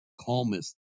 calmest